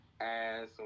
Ass